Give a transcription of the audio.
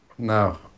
No